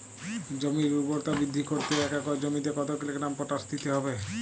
জমির ঊর্বরতা বৃদ্ধি করতে এক একর জমিতে কত কিলোগ্রাম পটাশ দিতে হবে?